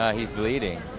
he's bleeding.